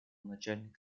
начальник